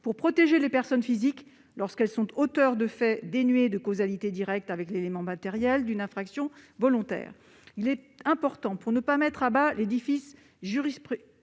pour protéger les personnes physiques, lorsqu'elles sont auteurs de faits dénués de causalité directe avec l'élément matériel d'une infraction volontaire. Il est important, pour ne pas mettre à bas l'édifice jurisprudentiel